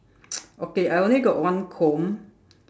okay I only got one comb